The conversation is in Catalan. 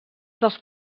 dels